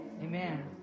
Amen